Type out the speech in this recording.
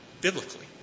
Biblically